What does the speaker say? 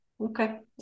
Okay